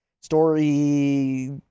story